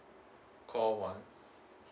call one